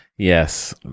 Yes